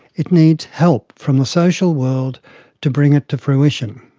it needs help from the social world to bring it to fruition.